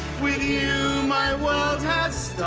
with you my world has